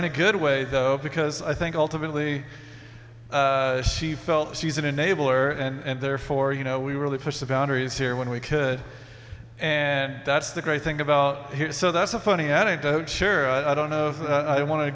in a good way though because i think ultimately she felt she's an enabler and therefore you know we really push the boundaries here when we could and that's the great thing about him so that's a funny anecdote sure i don't know i